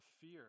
fear